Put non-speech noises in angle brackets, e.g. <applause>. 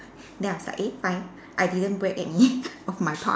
then I was like eh fine I didn't break any <laughs> of my parts